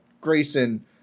grayson